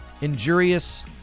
Injurious